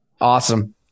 awesome